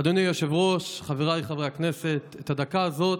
אדוני היושב-ראש, חבריי חברי הכנסת, את הדקה הזאת,